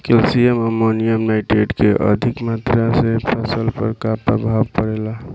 Calcium ammonium nitrate के अधिक मात्रा से फसल पर का प्रभाव परेला?